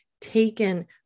taken